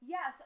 Yes